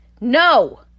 No